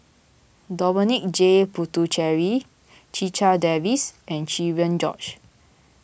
Dominic J Puthucheary Checha Davies and Cherian George